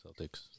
Celtics